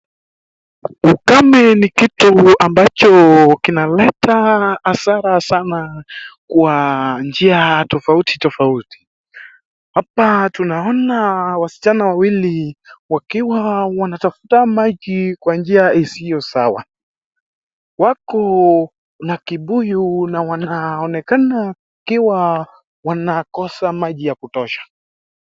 Ukame ni kitu ambacho kinaleta hasara sana kwa njia tofauti tofauti. Hapa tunaona wasichana wawili wakiwa wanatafuta maji kwa njia isiyo sawa. Wako na kibuyu na wanaonekana wakiwa wanakosa maji ya kutosha.